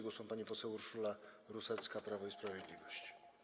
Głos ma pani poseł Urszula Rusecka, Prawo i Sprawiedliwość.